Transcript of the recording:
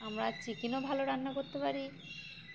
আমরা চিকেনও ভালো রান্না করতে পারি